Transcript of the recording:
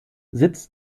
sitz